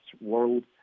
world